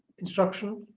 instruction.